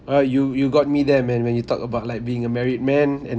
!wah! you you got me there man when you talk about like being a married man and